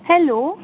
hello